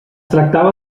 tractava